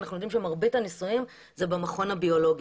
אנחנו יודעים שמרבית הניסויים זה במכון הביולוגי.